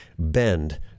bend